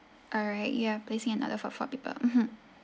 alright you are placing an order for four people mmhmm